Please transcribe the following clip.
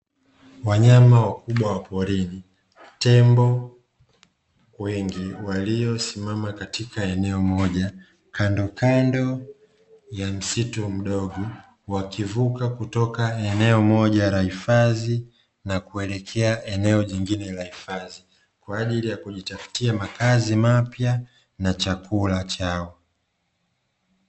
Wanyama wakubwa wa porini, tembo wengi waliosimama katika eneo moja kandokando ya msitu mdogo, wakivuka kutoka eneo moja la hifadhi na kuelekea eneo jingine la hifadhi, kwa ajili ya kujitafutia makazi mapya na chakula chao.